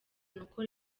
n’uko